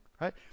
right